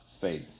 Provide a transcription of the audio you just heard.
faith